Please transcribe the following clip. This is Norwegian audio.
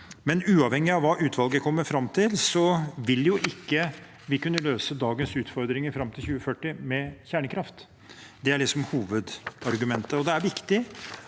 Uavhengig av hva utvalget kommer fram til, vil vi ikke kunne løse dagens utfordringer fram til 2040 med kjernekraft. Det er det som er hovedargumentet.